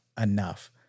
enough